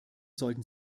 sollten